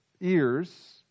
ears